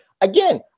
Again